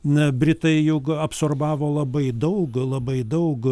na britai juk absorbavo labai daug labai daug